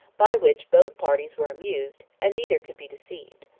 by which both parties were amused, and neither could be deceived.